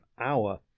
hour